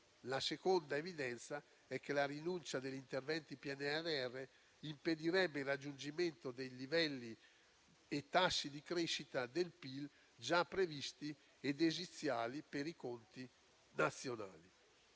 La seconda evidenza è che la rinuncia agli interventi del PNRR impedirebbe il raggiungimento dei livelli e dei tassi di crescita del PIL già previsti ed essenziali per i conti nazionali.